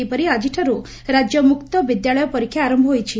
ସେହିପରି ଆକିଠାରୁ ରାକ୍ୟ ମୁକ୍ତ ବିଦ୍ୟାଳୟ ପରୀକ୍ଷା ଆର ହୋଇଛି